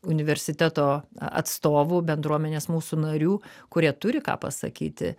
universiteto atstovų bendruomenės mūsų narių kurie turi ką pasakyti